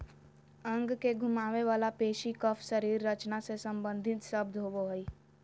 अंग के घुमावे वला पेशी कफ शरीर रचना से सम्बंधित शब्द होबो हइ